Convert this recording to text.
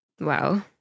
Wow